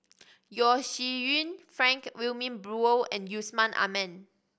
Yeo Shih Yun Frank Wilmin Brewer and Yusman Aman